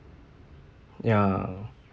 ya